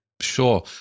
Sure